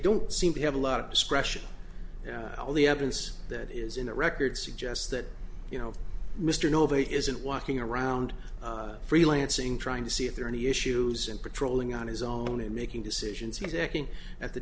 don't seem to have a lot of discretion you know all the evidence that is in the record suggests that you know mr nobody isn't walking around freelancing trying to see if there are any issues and patrolling on his own and making decisions he's acting at the